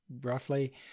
roughly